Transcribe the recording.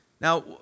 Now